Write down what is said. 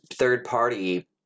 Third-party